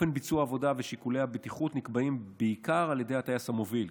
אופן ביצוע העבודה ושיקולי הבטיחות נקבעים בעיקר על ידי הטייס המוביל.